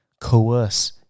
coerce